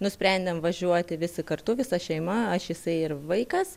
nusprendėm važiuoti visi kartu visa šeima aš jisai ir vaikas